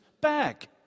back